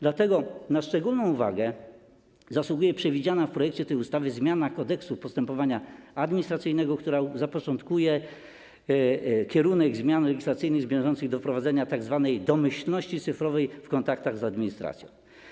Dlatego na szczególną uwagę zasługuje przewidziana w projekcie ustawy zmiana Kodeksu postępowania administracyjnego, która zapoczątkuje kierunek kolejnych zmian legislacyjnych zmierzających do wprowadzenia tzw. domyślności cyfrowej w kontaktach z administracją.